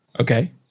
Okay